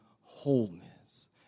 wholeness